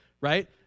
right